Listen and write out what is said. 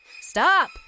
Stop